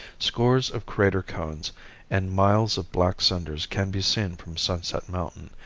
scores of crater cones and miles of black cinders can be seen from sunset mountain,